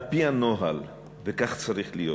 על-פי נוהל, וכך צריך להיות